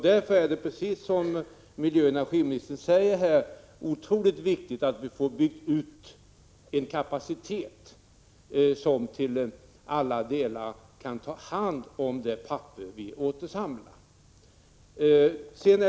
Därför är det som miljöoch energiministern säger otroligt viktigt att kapaciteten byggs ut så att det papper som samlas in kan tas om hand.